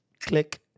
Click